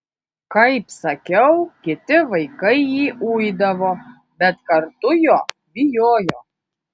kaip sakiau kiti vaikai jį uidavo bet kartu jo bijojo